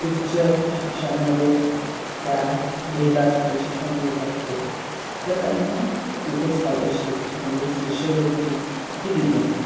उच्च शिक्षामध्ये त्या घेत असतील शिक्षण घेत असतील तर त्यांना तिथे स्कॉलरशिप म्हणजे शिष्यवृत्ती ही दिली जाते